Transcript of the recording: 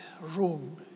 room